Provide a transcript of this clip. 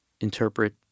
interpret